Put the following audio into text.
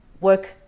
work